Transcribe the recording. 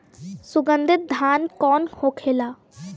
सुगन्धित धान कौन होखेला?